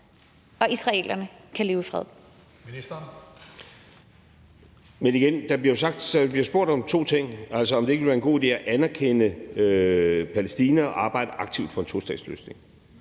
og israelerne kan leve i fred.